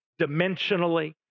dimensionally